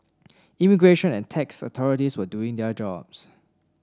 immigration and tax authorities were doing their jobs